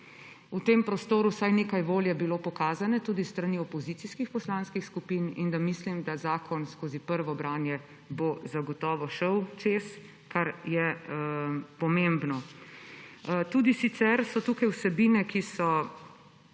v tem prostoru vsaj nekaj volje bilo pokazano, tudi s strani opozicijskih poslanskih skupin, in mislim, da zakon skozi prvo branje bo zagotovo šel čez, kar je pomembno. Tudi sicer so tukaj vsebine, ki so